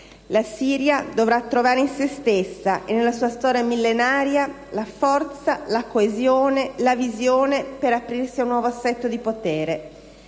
La Siria dovrà trovare in se stessa e nella sua storia millenaria la forza, la coesione e la visione per aprirsi ad un nuovo assetto di potere.